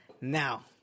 now